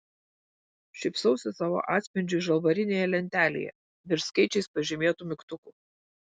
šypsausi savo atspindžiui žalvarinėje lentelėje virš skaičiais pažymėtų mygtukų